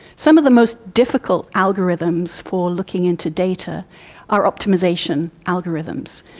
some of the most difficult algorithms for looking into data are optimisation algorithms.